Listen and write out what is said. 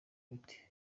biti